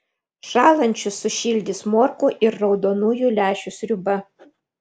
šąlančius sušildys morkų ir raudonųjų lęšių sriuba